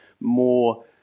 more